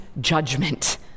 judgment